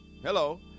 Hello